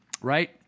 right